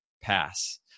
Pass